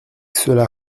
cela